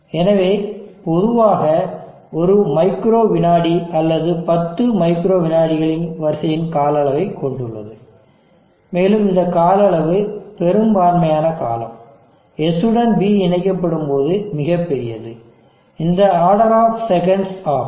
எனவே பொதுவாக இது ஒரு மைக்ரோ வினாடி அல்லது பத்து மைக்ரோ விநாடிகளின் வரிசையின் கால அளவைக் கொண்டுள்ளது மேலும் இந்த காலஅளவு பெரும்பான்மையான காலம் S உடன் B இணைக்கப்படும்போது மிகப் பெரியது இது ஆர்டர் ஆஃப் செகண்ட்ஸ் ஆகும்